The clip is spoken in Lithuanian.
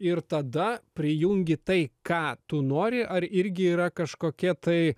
ir tada prijungi tai ką tu nori ar irgi yra kažkokie tai